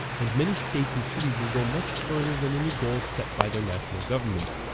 and many states and cities will go much further than any goals set by their national governments.